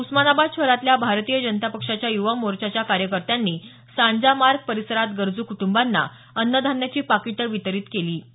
उस्मानाबाद शहरातील भारतीय जनता पक्षाच्या युवा मोर्चाच्या कार्यकर्त्यांनी सांजा मार्ग परिसरात गरजू कुटुंबांना अन्न धान्याची पाकिटं वितरित करण्यात आली